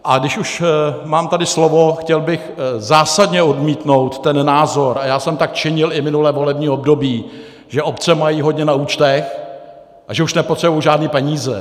A když už mám tady slovo, chtěl bych zásadně odmítnout ten názor, a činil jsem tak i minulé volební období, že obce mají hodně na účtech a že už nepotřebují žádné peníze.